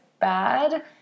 bad